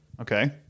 Okay